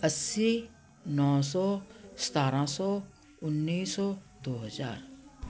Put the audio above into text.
ਅੱਸੀ ਨੌ ਸੌ ਸਤਾਰਾਂ ਸੌ ਉੱਨੀ ਸੌ ਦੋ ਹਜ਼ਾਰ